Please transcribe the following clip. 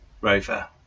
rover